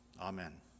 Amen